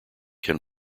can